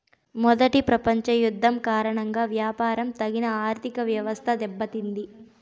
మొదటి ప్రపంచ యుద్ధం కారణంగా వ్యాపారం తగిన ఆర్థికవ్యవస్థ దెబ్బతింది